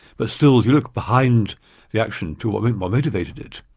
but still, if you look behind the action to what motivated it,